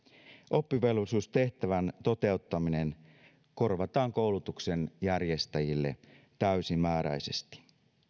oppivelvollisuustehtävän toteuttaminen korvataan koulutuksen järjestäjille täysimääräisesti